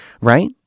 right